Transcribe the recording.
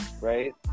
right